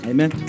Amen